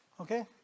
Okay